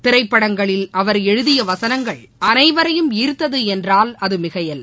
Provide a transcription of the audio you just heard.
திரைப்படங்களில் அவர் எழுதியவசனங்கள் அனைவரையும் ஈர்த்ததுஎன்றால் அதுமிகையல்ல